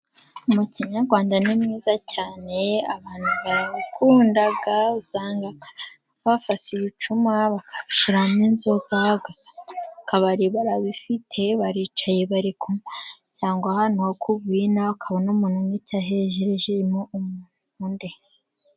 Umuco nyarwanda ni mwiza cyane abantu barawukunda .Usanga bafashe ibicuma bakabishyiramo inzoga, ugasanga mu kabari barabifite baricaye bari kunywa. Cyangwa ahantu ho ku rwina ukabona umuntu uri kunywa ahereje undi.